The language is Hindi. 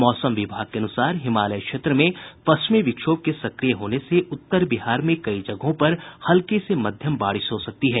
मौसम विभाग के अनुसार हिमालय क्षेत्र में पश्चिमी विक्षोभ के सक्रिय होने से उत्तर बिहार में कई जगहों पर हल्की से मध्यम बारिश हो सकती है